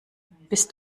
bist